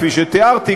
כפי שתיארתי,